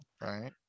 right